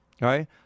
right